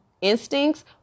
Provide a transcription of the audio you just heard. instincts